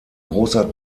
großer